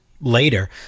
later